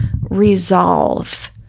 resolve